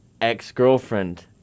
ex-girlfriend